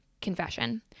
confession